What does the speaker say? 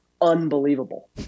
unbelievable